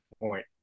point